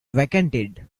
vacated